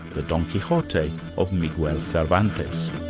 the don quixote of miguel cervantes.